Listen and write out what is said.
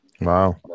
Wow